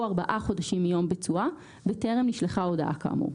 ארבעה חודשים מיום ביצועה וטרם נשחה הודעה כאמור.